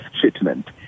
treatment